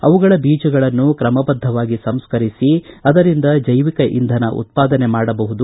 ಅವುಗಳ ಬೀಜಗಳನ್ನು ತ್ರಮಬದ್ದವಾಗಿ ಸಂಸ್ಕರಿಸಿ ಅದರಿಂದ ಜೈವಿಕ ಇಂಧನ ಉತ್ಪಾದನೆ ಮಾಡಬಹುದು